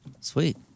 Sweet